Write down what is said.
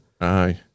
Aye